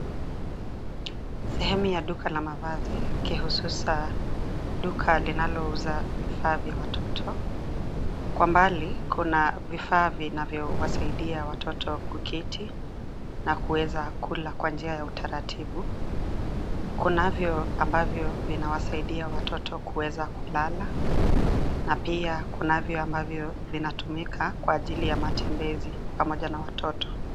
Sehemu ya duka la mavazi kihususa, duka linalouza vifaa vya watoto. Kwa mbali kuna vifaa vinavyowasaidia watoto kuketi na kuweza kula kwa njia ya utaratibu. Kunavyo ambavyo vinawasaidia watoto kuweza kulala, na pia kunavyo ambavyo vinatumika kwa ajili ya matembezi pamoja na watoto.